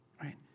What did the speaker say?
right